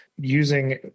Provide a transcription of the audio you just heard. using